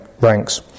ranks